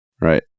right